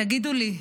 תגידו לי,